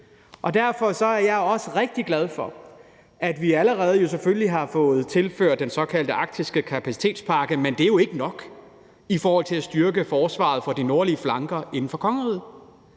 Derfor er jeg også rigtig glad for, at vi allerede selvfølgelig har fået tilført den såkaldte arktiske kapacitetspakke, men det er jo ikke nok i forhold til at styrke forsvaret på de nordlige flanker inden for kongeriget.